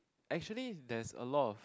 actually there's a lot of